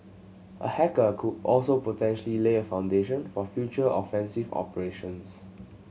a hacker could also potentially lay a foundation for future offensive operations